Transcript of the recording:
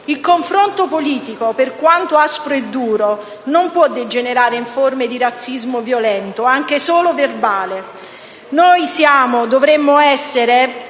Il confronto politico, per quanto aspro e duro, non può degenerare in forme di razzismo violento, anche solo verbale. Noi siamo, o dovremmo essere,